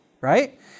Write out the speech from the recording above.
right